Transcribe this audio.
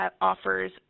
offers